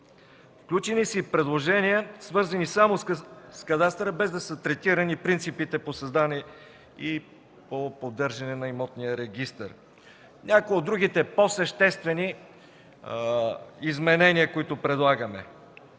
Включени са и предложения, свързани само с кадастъра, без да са третирани принципите по създаване и по поддържане на имотния регистър. Някои от другите по-съществени изменения, които предлагаме